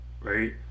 right